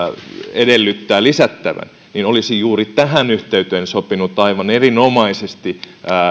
edellyttää lisättävän olisi juuri tähän yhteyteen sopinut aivan erinomaisesti